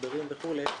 משברים וכולי,